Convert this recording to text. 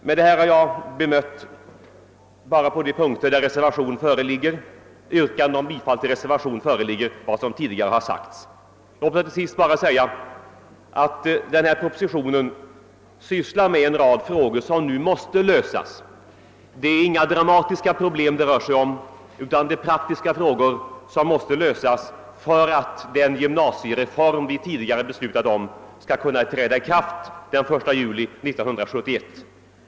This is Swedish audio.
Med detta har jag bemött vad som tidigare har sagts bara på de punkter där yrkanden om bifall till reservation föreligger. Låt mig till sist bara säga att denna proposition behandlar en rad frågor som nu måste lösas. Det är inga dramatiska saker det rör sig om — det är praktiska problem som måste lösas för att den gymnasiereform som vi tidigare fattat beslut om skall kunna träda i kraft den 1 juli 1971.